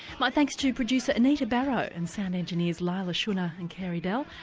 my thanks to producer anita barraud and sound engineers leila shunnar and carey dell.